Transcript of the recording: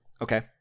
Okay